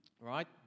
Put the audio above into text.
right